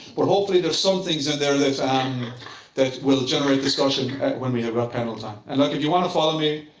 but hopefully there's some things in there um that will generate discussion when we have our panel time. and like if you want to follow me,